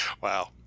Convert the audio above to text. Wow